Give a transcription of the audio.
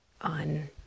on